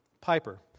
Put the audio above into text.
Piper